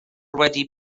wedi